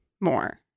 more